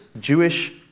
Jewish